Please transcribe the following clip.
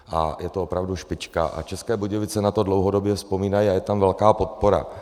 A je to opravdu špička a České Budějovice na to dlouhodobě vzpomínají a je tam velká podpora.